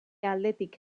aldetik